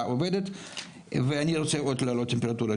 קיימת ואני רוצה עוד לעלות את הטמפרטורה,